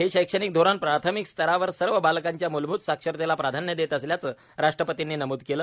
हे शैक्षणिक धोरण प्राथमिक स्तरावर सर्व बालकांच्या मुलभुत साक्षरतेला प्राधान्य देत असल्याचं राष्ट्रपतींनी नमूद केलं